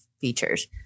features